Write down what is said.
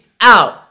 out